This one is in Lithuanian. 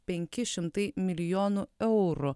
penki šimtai milijonų eurų